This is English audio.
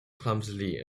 clumsily